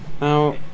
Now